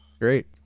great